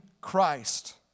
Christ